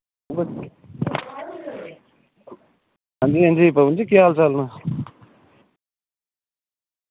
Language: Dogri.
आं जी आं जी पवन जी केह् हाल न